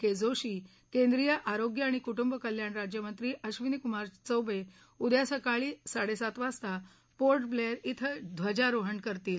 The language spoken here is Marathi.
के जोशी केंद्रीय आरोग्य आणि कुटुंब कल्याण राज्यमंत्री अधिनी कुमार चौबे उद्या सकाळी साडेसात वाजता पोर्टब्लेअर ध्वे ध्वजारोहण करतील